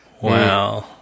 Wow